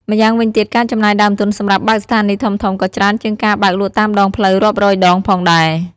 ម្យ៉ាងវិញទៀត ការចំណាយដើមទុនសម្រាប់បើកស្ថានីយ៍ធំៗក៏ច្រើនជាងការបើកលក់តាមដងផ្លូវរាប់រយដងផងដែរ។